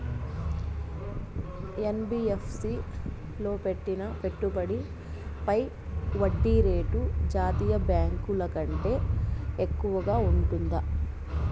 NBFC లో పెట్టిన పెట్టుబడి పై వడ్డీ రేటు జాతీయ బ్యాంకు ల కంటే ఎక్కువగా ఉంటుందా?